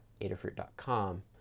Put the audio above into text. Adafruit.com